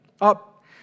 up